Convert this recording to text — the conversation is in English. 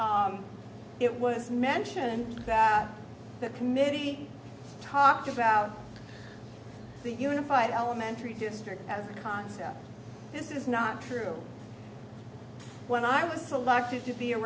it was mentioned the committee talked about the unified elementary district as a concept this is not true when i was selected to be a